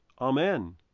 Amen